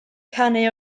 canu